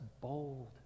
bold